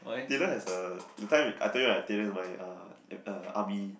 Taylor has a that time I told you right Taylor is my uh uh army